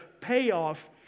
payoff